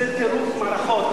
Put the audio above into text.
זה טירוף מערכות.